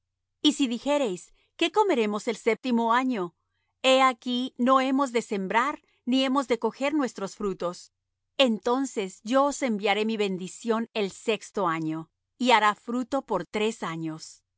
y si dijereis qué comeremos el séptimo año he aquí no hemos de sembrar ni hemos de coger nuestros frutos entonces yo os enviaré mi bendición el sexto año y hará fruto por tres años